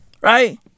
Right